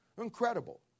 Incredible